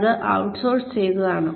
അത് ഔട്ട്സോഴ്സ് ചെയ്തതാണ്